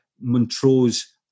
Montrose